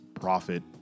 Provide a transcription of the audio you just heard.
profit